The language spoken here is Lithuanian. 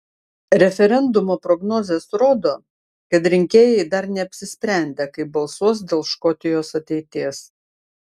referendumo prognozės rodo kad rinkėjai dar neapsisprendę kaip balsuos dėl škotijos ateities